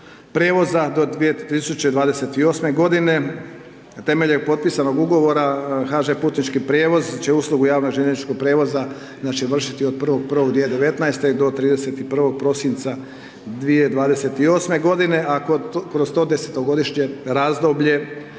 prijevoza do 2028.-me godine. Temeljem potpisanog Ugovora, HŽ Putnički prijevoz će uslugu javnog željezničkog prijevoza, znači, vršiti od 1.1.2019.-te do 31. prosinca 2028.-me godine, a kroz to desetogodišnje razdoblje